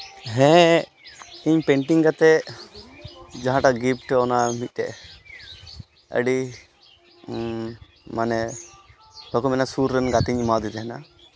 ᱦᱮᱸ ᱤᱧ ᱯᱮᱱᱴᱤᱝ ᱠᱟᱛᱮ ᱡᱟᱦᱟᱴᱟᱜ ᱜᱤᱯᱷᱴ ᱚᱱᱟ ᱢᱤᱫᱴᱮᱡ ᱟᱹᱰᱤ ᱢᱟᱱᱮ ᱵᱟᱠᱚ ᱢᱮᱱᱟ ᱥᱩᱨ ᱨᱮᱱ ᱜᱟᱛᱮᱧ ᱮᱢᱟᱫᱮ ᱛᱟᱦᱮᱱᱟ